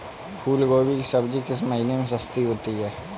फूल गोभी की सब्जी किस महीने में सस्ती होती है?